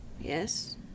yes